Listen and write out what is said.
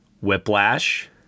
Whiplash